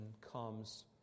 comes